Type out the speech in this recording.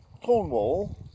Cornwall